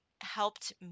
helped